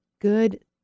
good